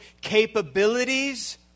capabilities